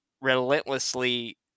relentlessly